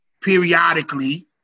periodically